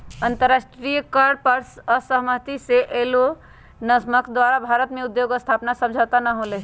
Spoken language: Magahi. अंतरराष्ट्रीय कर पर असहमति से एलोनमस्क द्वारा भारत में उद्योग स्थापना समझौता न होलय